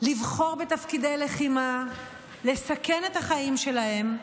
לבחור בתפקידי לחימה, לסכן את החיים שלהם,